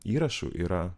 įrašų yra